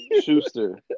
Schuster